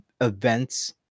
events